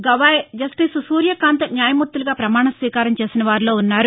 Gavai justice Surya Kant న్యాయమూర్తులుగా ప్రమాణ స్వీకారం చేసిన వారిలో ఉన్నారు